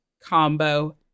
combo